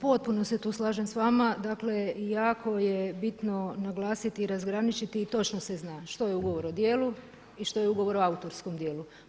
Potpuno se tu slažem s vama, dakle jako je bitno naglasiti i razgraničiti i točno se zna što je ugovor o djelu i što je ugovor o autorskom djelu.